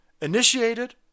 initiated